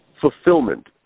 fulfillment